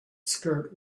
skirt